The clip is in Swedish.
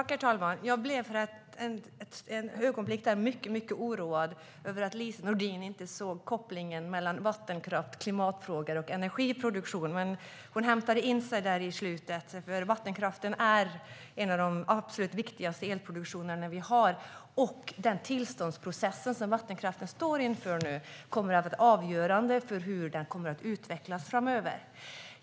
Herr talman! Jag blev för ett ögonblick mycket orolig att Lise Nordin inte såg kopplingen mellan vattenkraft, klimatfrågor och energiproduktion, men hon hämtade in det i slutet. Vattenkraften är en av de absolut viktigaste elproduktionerna vi har, och den tillståndsprocess vattenkraften nu står inför kommer att vara avgörande för hur den kommer att utvecklas framöver.